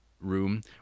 room